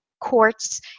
quartz